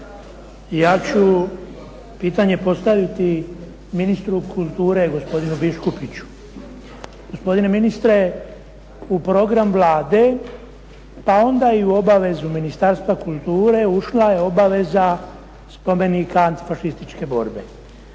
Ja ću pitanje postaviti ministru kulture gospodinu Biškupiću. Gospodine ministre, u program Vlade pa onda i u obavezu Ministarstva kulture je ušla obaveza spomenika Antifašističke borbe.